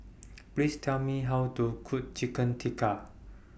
Please Tell Me How to Cook Chicken Tikka